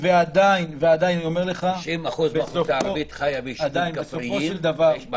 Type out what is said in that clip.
ועדין אני אומר לך שבסופו של דבר -- זה יישוב עירוני.